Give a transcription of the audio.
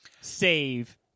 save